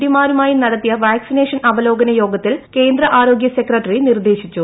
D മാരുമായും നടത്തിയ vaccination അവലോകന യോഗത്തിൽ കേന്ദ്ര ആരോഗ്യ സെക്രട്ടറി നിർദേശിച്ചു